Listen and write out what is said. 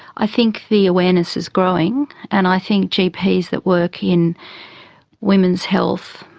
i think the awareness is growing, and i think gps that work in women's health,